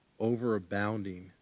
overabounding